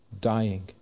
dying